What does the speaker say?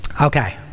Okay